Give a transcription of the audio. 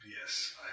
Yes